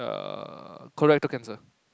err colorectal cancer